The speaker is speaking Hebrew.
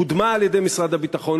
קודמה על-ידי משרד הביטחון,